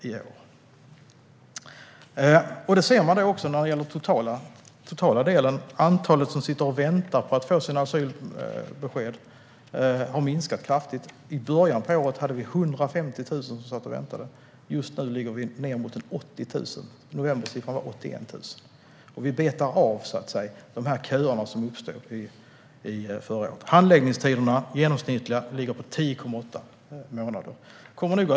Detta gäller även för den totala delen. Antalet som sitter och väntar på att få sina asylbesked har minskat kraftigt. I början av året hade vi 150 000 som satt och väntade; nu ligger vi nedemot 80 000 - siffran för november var 81 000. Vi betar av de köer som uppstod förra året. Den genomsnittliga handläggningstiden ligger på 10,8 månader.